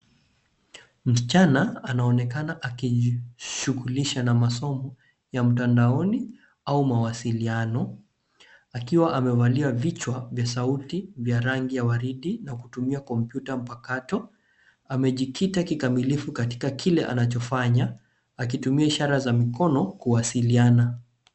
Msichana anonekana akijishughulisha na masomo ya mtandaoni au mawasiliano akiwa amevalia vichwa vya sauti vya rangi ya waridi na kutumia kompyuta mpakato. Amejikita kikamilifu katika kile anachofanya akitumia ishara za mkono kuwasiliana.